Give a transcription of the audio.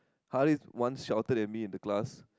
Harrith once shouted at me in the class